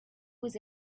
was